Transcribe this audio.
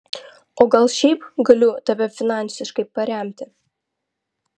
o gal šiaip galiu tave finansiškai paremti